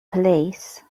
police